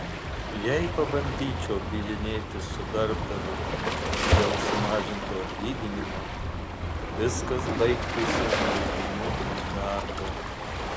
jei pabandyčiau bylinėtis su darbdaviu dėl sumažinto atlyginimo viskas baigtųsi atleidimu iš darbo